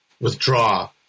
withdraw